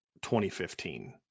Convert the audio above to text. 2015